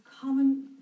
common